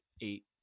eight